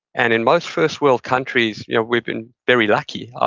and in most first world countries, yeah we've been very lucky.